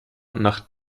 nach